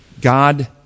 God